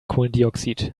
kohlendioxid